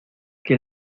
que